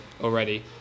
already